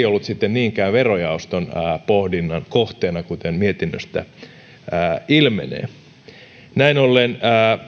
ollut verojaoston pohdinnan kohteena kuten mietinnöstä ilmenee näin ollen